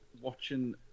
watching